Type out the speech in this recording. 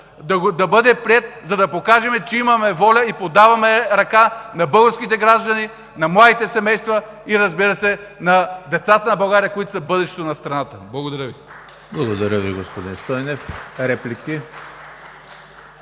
да бъде приет, за да покажем, че имаме воля и подаваме ръка на българските граждани, на младите семейства и, разбира се, на децата на България, които са бъдещето на страната. Благодаря Ви. ПРЕДСЕДАТЕЛ ЕМИЛ ХРИСТОВ: Благодаря Ви, господин Стойнев. Реплики?